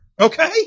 okay